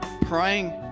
praying